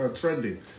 trending